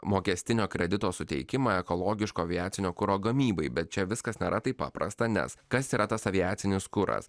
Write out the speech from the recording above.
mokestinio kredito suteikimą ekologiško aviacinio kuro gamybai bet čia viskas nėra taip paprasta nes kas yra tas aviacinis kuras